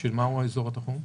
מה הוא האזור התחום?